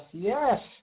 Yes